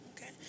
Okay